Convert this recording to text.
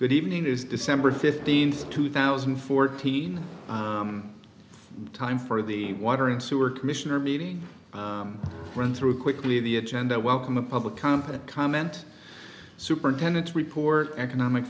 good evening is december fifteenth two thousand and fourteen time for the water and sewer commissioner meeting run through quickly the agenda welcome a public company comment superintendents report economic